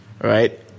right